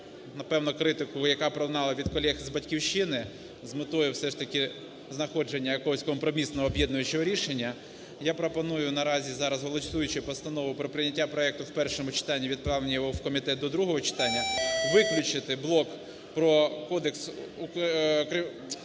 напевно, критику, яка пролунала від колег з "Батьківщини", з метою все ж таки знаходження якогось компромісного, об'єднуючого рішення я пропоную, наразі, зараз голосуючи постанову про прийняття проекту в першому читанні, відправлення його в комітет до другого читання виключити блок про Кодекс України